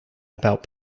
about